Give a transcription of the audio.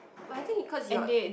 but I think it cause your